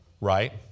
Right